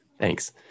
Thanks